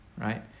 right